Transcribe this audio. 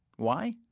why?